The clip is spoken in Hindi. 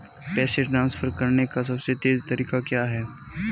पैसे ट्रांसफर करने का सबसे तेज़ तरीका क्या है?